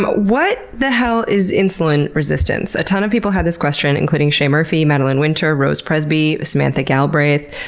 but what the hell is insulin resistance? a ton of people had this question, including shea murphy, madelyn winter, rose presby, samantha galbraith,